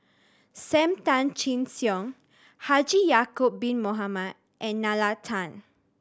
Sam Tan Chin Siong Haji Ya'acob Bin Mohamed and Nalla Tan